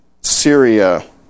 Syria